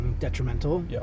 Detrimental